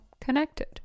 connected